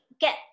get